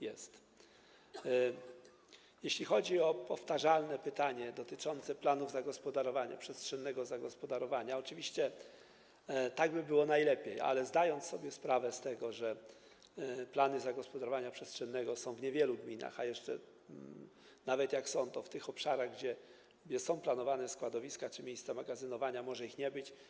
Jeśli chodzi o powtarzane pytanie dotyczące planów zagospodarowania przestrzennego, oczywiście tak by było najlepiej, ale zdajemy sobie sprawę z tego, że plany zagospodarowania przestrzennego są w niewielu gminach, a nawet jak są, to w tych obszarach, gdzie są planowane składowiska czy miejsca magazynowania, może ich nie być.